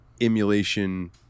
emulation